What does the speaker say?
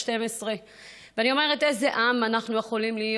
12. ואני אומרת: איזה עם אנחנו יכולים להיות,